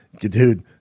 Dude